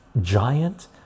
giant